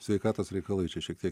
sveikatos reikalai čia šiek tiek